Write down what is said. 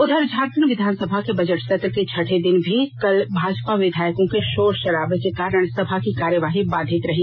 उधर झारखंड विधानसभा के बजट सत्र के छठे दिन भी कल भाजपा विधायकों के शोर शराबे के कारण सभा की कार्यवाही बाधित रही